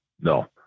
no